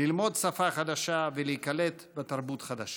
ללמוד שפה חדשה ולהיקלט בתרבות חדשה.